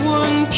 one